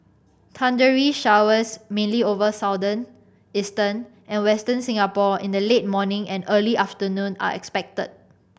thundery showers mainly over Southern Eastern and Western Singapore in the late morning and early afternoon are expected